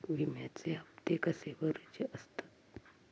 विम्याचे हप्ते कसे भरुचे असतत?